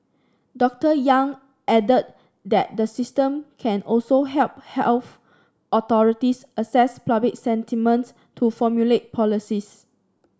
Doctor Yang added that the system can also help health authorities assess public sentiment to formulate policies